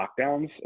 lockdowns